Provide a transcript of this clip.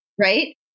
right